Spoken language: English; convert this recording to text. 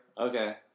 Okay